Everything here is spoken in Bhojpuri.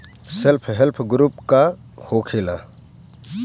सेल्फ हेल्प ग्रुप का होखेला?